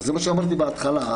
אז מה שאמרתי בהתחלה.